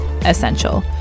essential